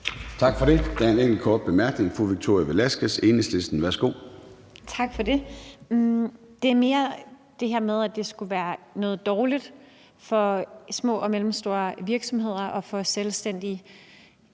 Tak for det. Det handler om det med, at det skulle være noget dårligt for små og mellemstore virksomheder at få selvstændigt